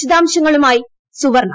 വിശദാംശങ്ങളുമായി സുവർണ്ണ